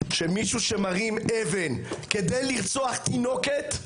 שמישהו שמרים אבן כדי לרצוח תינוקת,